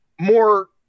more